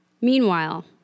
Meanwhile